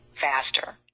faster